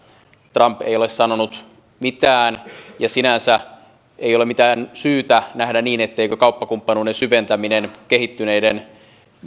trump ei ole sanonut mitään ja sinänsä ei ole mitään syytä nähdä niin etteikö kauppakumppanuuden syventäminen kehittyneiden